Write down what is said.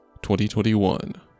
2021